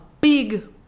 big